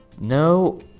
No